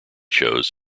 shows